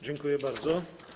Dziękuję bardzo.